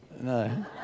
No